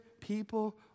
people